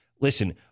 Listen